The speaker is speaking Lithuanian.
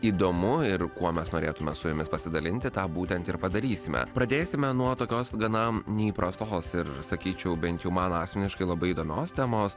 įdomu ir kuo mes norėtume su jumis pasidalinti tą būtent ir padarysime pradėsime nuo tokios gana neįprastos ir sakyčiau bent jau man asmeniškai labai įdomios temos